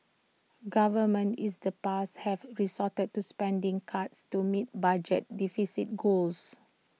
governments is the past have resorted to spending cuts to meet budget deficit goals